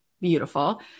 Beautiful